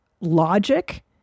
logic